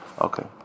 Okay